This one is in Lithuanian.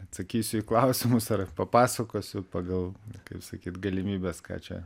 atsakysiu į klausimus ar papasakosiu pagal kaip sakyt galimybes ką čia